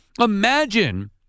Imagine